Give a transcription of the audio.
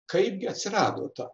kaipgi atsirado ta